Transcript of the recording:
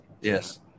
yes